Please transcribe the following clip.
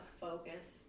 focus